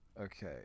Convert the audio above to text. Okay